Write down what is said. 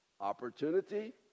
Opportunity